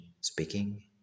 speaking